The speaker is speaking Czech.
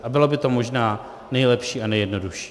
A bylo by to možná nejlepší a nejjednodušší.